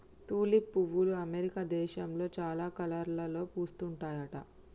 tulip పువ్వులు America దేశంలో చాలా కలర్లలో పూస్తుంటాయట